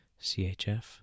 CHF